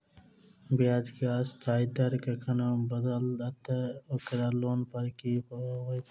ब्याज केँ अस्थायी दर कखन बदलत ओकर लोन पर की प्रभाव होइत?